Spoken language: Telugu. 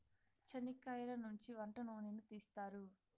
చనిక్కయలనుంచి వంట నూనెను తీస్తారు